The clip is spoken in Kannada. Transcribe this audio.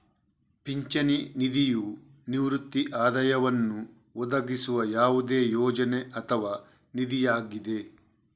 ಪಿಂಚಣಿ ನಿಧಿಯು ನಿವೃತ್ತಿ ಆದಾಯವನ್ನು ಒದಗಿಸುವ ಯಾವುದೇ ಯೋಜನೆ ಅಥವಾ ನಿಧಿಯಾಗಿದೆ